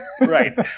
right